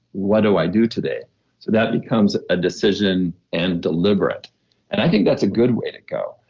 what do i do today? so that becomes a decision and deliberate and i think that's a good way to go.